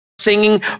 singing